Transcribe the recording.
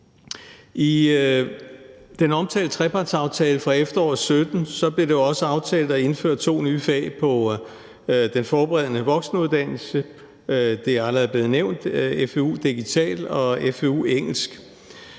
I den omtalte trepartsaftale fra efteråret 2017 blev det også aftalt at indføre to nye fag på den forberedende voksenuddannelse. Det er allerede blevet nævnt: fvu-digital og fvu-engelsk.